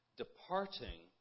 departing